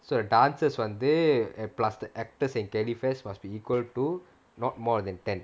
so the dancers வந்து:vanthu plus the actors and calefares must be equal to not more than ten